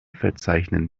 verzeichnen